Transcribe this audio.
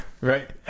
Right